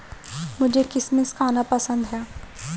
मुझें किशमिश खाना पसंद है